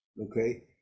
okay